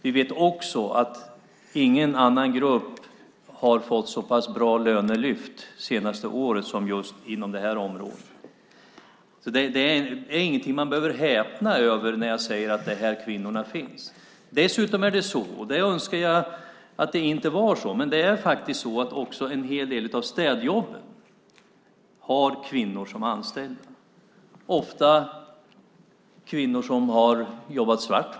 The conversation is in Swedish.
Vi vet också att ingen annan grupp har fått ett så pass bra lönelyft som de inom just det här området. Det är ingenting man behöver häpna över när jag säger att det är här kvinnorna finns. Dessutom är det så - och jag önskar att det inte var så - att man för en hel del av städjobben har kvinnor som anställda. Det är ofta kvinnor som har jobbat svart.